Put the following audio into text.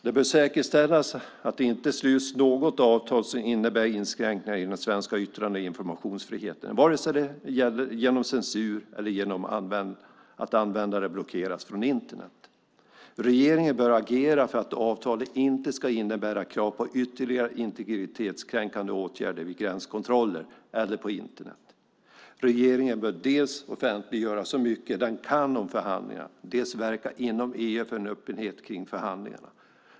Det bör säkerställas att det inte sluts något avtal som innebär inskränkningar i den svenska yttrande och informationsfriheten vare sig det gäller genom censur eller att användare blockeras från Internet. Regeringen bör agera för att avtalet inte ska innebära krav på ytterligare integritetskränkande åtgärder vid gränskontroller eller på Internet. Regeringen bör dels offentliggöra så mycket den kan om förhandlingarna, dels verka inom EU för en öppenhet kring förhandlingarna.